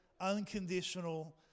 unconditional